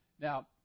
Now